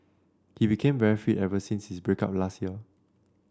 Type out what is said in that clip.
he became very fit ever since his break up last year